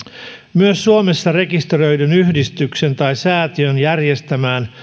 myös suomessa rekisteröidyn yhdistyksen tai säätiön järjestämään